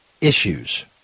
issues